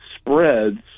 spreads